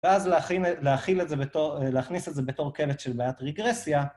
ואז להכניס את זה בתור קלט של בעיית רגרסיה.